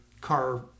car